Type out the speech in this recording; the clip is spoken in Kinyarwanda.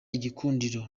igikundiro